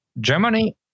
Germany